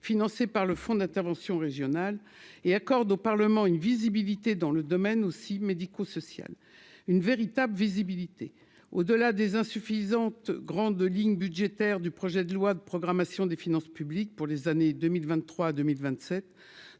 financé par le fonds d'intervention régional et accorde au Parlement une visibilité dans le domaine aussi médico-social, une véritable visibilité au-delà des insuffisante grandes lignes budgétaires du projet de loi de programmation des finances publiques pour les années 2023 2027